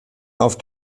auf